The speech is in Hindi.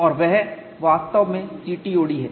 और वह वास्तव में CTOD है